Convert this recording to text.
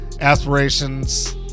aspirations